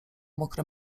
mokre